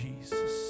Jesus